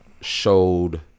showed